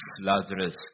Lazarus